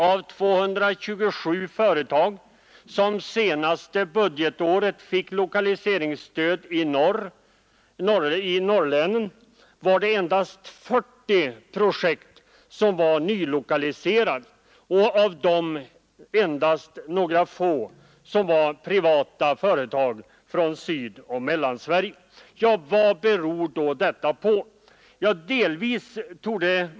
Av 227 företag som det senaste budgetåret fick lokaliseringsstöd i norrlänen var det endast 40 som var nylokaliserade projekt, och av dem var det endast några få privata företag från Sydoch Mellansverige. Vad beror detta på?